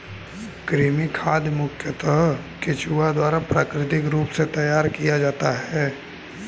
कृमि खाद मुखयतः केंचुआ द्वारा प्राकृतिक रूप से तैयार किया जाता है